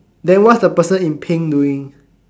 then what's the person in pink doing